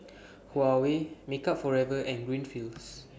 Huawei Makeup Forever and Greenfields